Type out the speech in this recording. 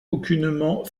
aucunement